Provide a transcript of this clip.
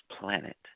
planet